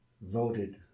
voted